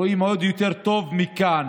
רואים עוד יותר טוב מכאן.